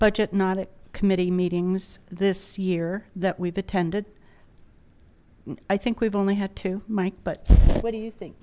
budget not at committee meetings this year that we've attended i think we've only had two mike but what do you think